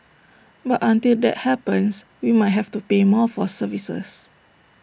but until that happens we might have to pay more for services